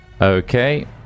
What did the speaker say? Okay